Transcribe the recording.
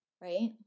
Right